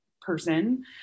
person